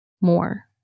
more